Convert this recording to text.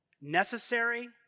Necessary